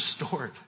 restored